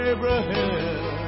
Abraham